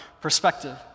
perspective